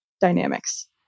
dynamics